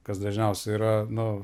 kas dažniausiai yra nu